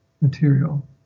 material